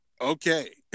okay